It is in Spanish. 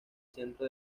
centro